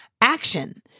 action